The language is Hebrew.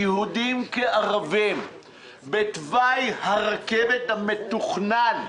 בתוואי הרכבת המתוכנן,